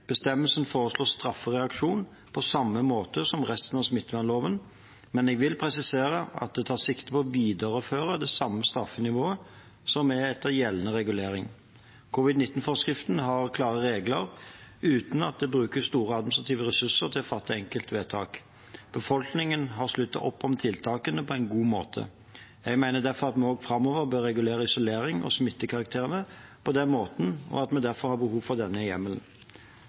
Bestemmelsen foreslår straffereaksjon på samme måte som resten av smittevernloven. Men jeg vil presisere at den tar sikte på å videreføre det samme straffenivået som er etter gjeldende regulering. Covid-19-forskriften har klare regler uten at det brukes store administrative ressurser til å fatte enkeltvedtak. Befolkningen har sluttet opp om tiltakene på en god måte. Jeg mener derfor at vi også framover bør regulere isolering og smittekarantene på den måten, og at vi derfor har behov for denne hjemmelen.